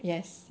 yes